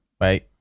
Wait